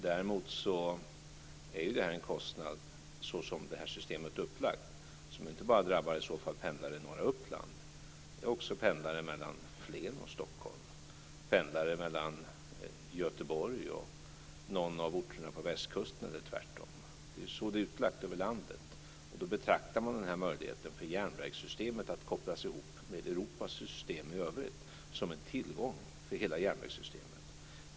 Däremot är det här en kostnad, såsom systemet är upplagt, som inte bara drabbar pendlare i norra Uppland utan också drabbar pendlare mellan Flen och Det är så det är utlagt över landet. Då betraktar man den här möjligheten för järnvägssystemet att kopplas ihop med Europas system i övrigt som en tillgång för hela järnvägssystemet.